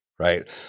right